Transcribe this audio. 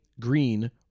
Green